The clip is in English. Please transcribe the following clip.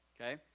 Okay